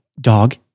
dog